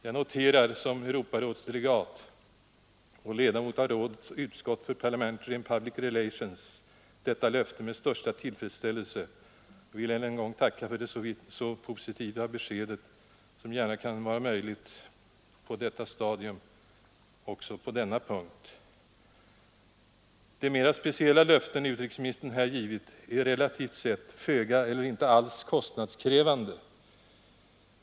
Jag noterar som Europarådsdelegat och ledamot av rådets utskott för Parliamentary and Public relations detta löfte med största tillfredsställelse och vill än en gång tacka för ett besked på denna punkt som är så positivt som gärna kan vara möjligt på detta stadium. De mera speciella löften som utrikesministern här givit är relativt sett föga eller inte alls kostnadskrävande.